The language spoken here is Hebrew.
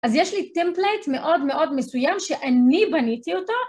אז יש לי טמפלט מאוד מאוד מסוים שאני בניתי אותו.